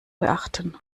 beachten